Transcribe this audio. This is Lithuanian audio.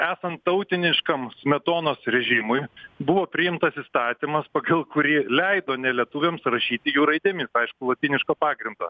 esant tautiniškam smetonos režimui buvo priimtas įstatymas pagal kurį leido nelietuviams rašyti jų raidėmis aišku lotyniško pagrindo